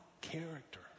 character